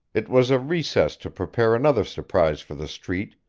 it was a recess to prepare another surprise for the street,